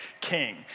king